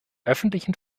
öffentlichen